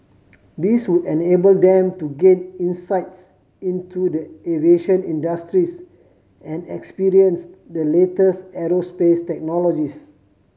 this would enable them to gain insights into the aviation industries and experience the latest aerospace technologies